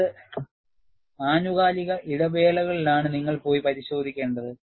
ഏത് ആനുകാലിക ഇടവേളകളിലാണ് നിങ്ങൾ പോയി പരിശോധിക്കേണ്ടത്